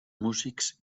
músics